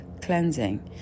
cleansing